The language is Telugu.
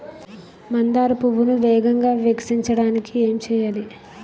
మందార పువ్వును వేగంగా వికసించడానికి ఏం చేయాలి?